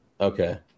Okay